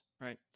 right